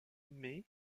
mais